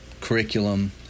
curriculum